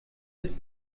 ist